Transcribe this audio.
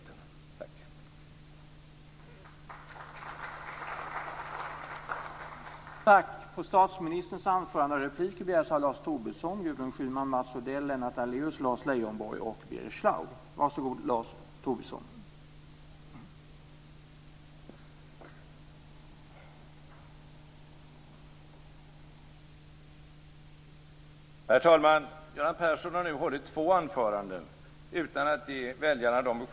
Tack!